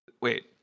Wait